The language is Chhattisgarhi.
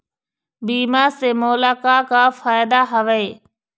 बीमा से मोला का का फायदा हवए?